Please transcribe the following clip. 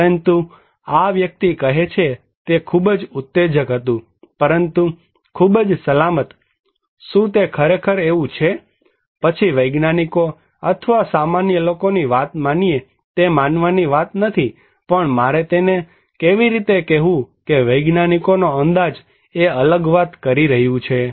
પરંતુ આ વ્યક્તિ કહે છે કે તે ખુબજ ઉત્તેજક હતું પરંતુ ખુબજ સલામત શું તે ખરેખર એવું છે પછી વૈજ્ઞાનિકો અથવા સામાન્ય લોકોની વાત માનીએ તે માનવાની વાત નથી પણ મારે તેને કેવી રીતે કહેવું કે વૈજ્ઞાનિકોનો અંદાજો એ અલગ વાત કહી રહ્યું છે